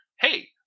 hey